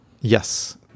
yes